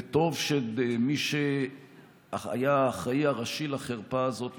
וטוב שמי שהיה האחראי הראשי לחרפה הזאת,